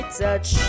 touch